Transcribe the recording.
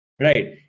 right